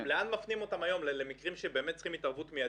לאן מפנים אותם היום במקרים שצריכים התערבות מידית?